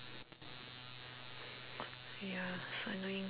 ya so annoying